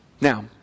Now